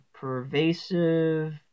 Pervasive